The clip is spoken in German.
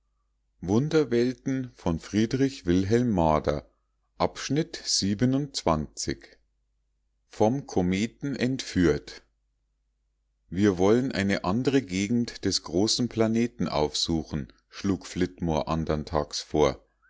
vom kometen entführt wir wollen eine andre gegend des großen planeten aufsuchen schlug flitmore andern tags vor